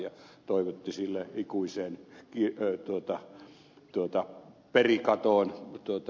ja toivotti sille ikuiseen perikatoon joutumista